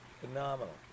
phenomenal